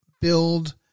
build